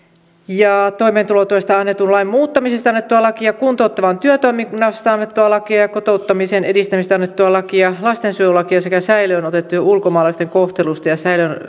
ja toimeentulotuesta annetun lain muuttamisesta annettua lakia kuntouttavasta työtoiminnasta annettua lakia ja kotouttamisen edistämisestä annettua lakia lastensuojelulakia sekä säilöönotettujen ulkomaalaisten kohtelusta ja